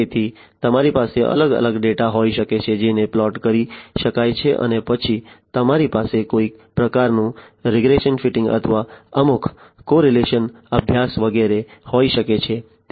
તેથી તમારી પાસે અલગ અલગ ડેટા હોઈ શકે છે જેને પ્લોટ કરી શકાય છે અને પછી તમારી પાસે કોઈ પ્રકારનું રીગ્રેશન ફિટિંગ અથવા અમુક સહસંબંધ અભ્યાસ વગેરે હોઈ શકે છે